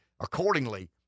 accordingly